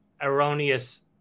erroneous